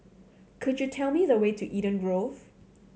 could you tell me the way to Eden Grove